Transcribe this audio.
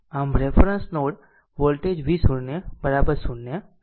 આમ reference node voltage v 0 0 આ જાણો